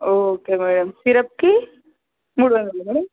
okay madam సిరప్కి మూడు వందలా మేడం